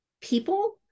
people